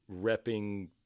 repping